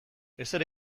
ezer